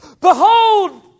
Behold